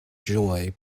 joy